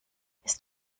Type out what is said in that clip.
ist